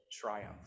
triumph